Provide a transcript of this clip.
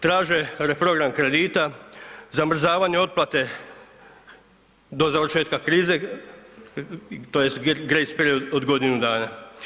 Traže reprogram kredita, zamrzavanje otplate do završetka krize tj. …/nerazumljivo/… period od godinu dana.